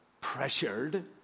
pressured